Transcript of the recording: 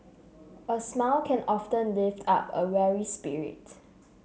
a smile can often lift up a weary spirit